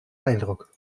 eindruck